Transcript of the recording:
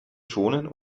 schonen